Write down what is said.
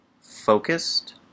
focused